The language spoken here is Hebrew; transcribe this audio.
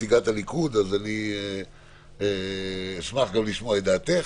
אז אולי כדאי שנחכה עם ההצבעה.